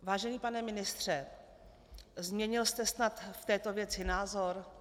Vážený pane ministře, změnil jste snad v této věci názor?